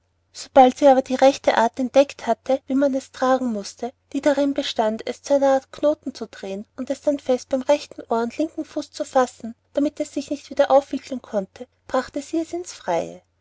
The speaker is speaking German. sobald sie aber die rechte art entdeckt hatte wie man es tragen mußte die darin bestand es zu einer art knoten zu drehen und es dann fest beim rechten ohr und linken fuß zu fassen damit es sich nicht wieder aufwickeln konnte brachte sie es in's freie